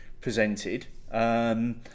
presented